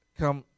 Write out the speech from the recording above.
come